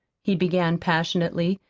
he began passionately,